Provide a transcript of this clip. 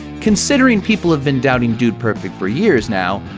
considering people have been doubting dude perfect for years now,